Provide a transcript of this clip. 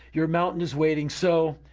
your mountain is waiting. so.